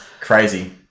Crazy